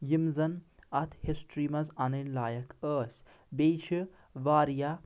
یِم زن اتھ ہسٹری منٛز انٕنۍ لایق ٲسۍ بیٚیہِ چھِ واریاہ